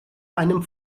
einem